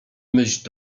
myśl